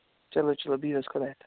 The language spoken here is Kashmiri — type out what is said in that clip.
چلو چلو بِہِو حظ خۄدایَس حَوال